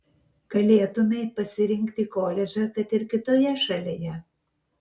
galėtumei pasirinkti koledžą kad ir kitoje šalyje